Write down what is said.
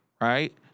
right